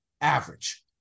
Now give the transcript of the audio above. average